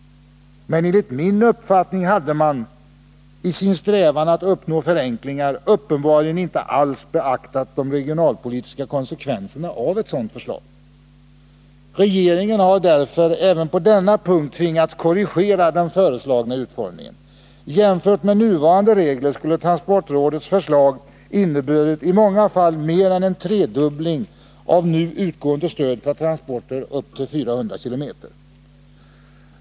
Men enligt min uppfattning hade man i sin strävan att uppnå förenklingar uppenbarligen inte alls beaktat de regionalpolitiska konsekvenserna av ett sådant förslag. Regeringen har därför även på denna punkt tvingats korrigera den föreslagna utformningen. Jämfört med nuvarande regler skulle transportrådets förslag ha inneburit i många fall mer än en tredubbling av nu utgående stöd för transporter upp till 400 km.